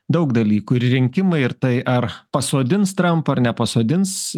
daug dalykų ir rinkimai ir tai ar pasodins trampą ar nepasodins